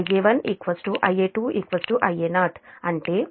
252 p